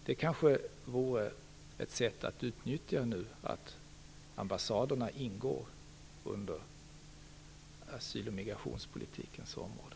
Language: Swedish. Det kanske vore ett sätt att utnyttja att ambassaderna ingår i asyl och migrationspolitikens område.